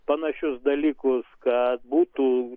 panašius dalykus kad būtų